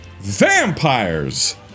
Vampires